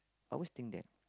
always think that